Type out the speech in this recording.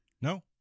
No